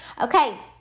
Okay